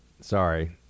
Sorry